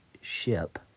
ship